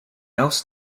else